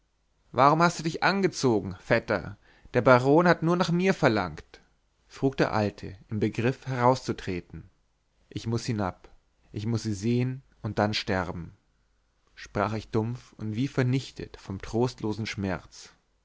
warum hast du dich angezogen vetter der baron hat nur nach mir verlangt frug der alte im begriff herauszutreten ich muß hinab ich muß sie sehen und dann sterben sprach ich dumpf und wie vernichtet vom trostlosen schmerz